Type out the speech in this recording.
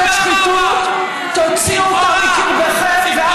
תוציאו אותו מקרבכם ואל,